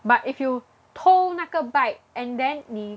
but if you 偷那个 bike and then 你